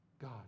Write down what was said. God